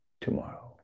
tomorrow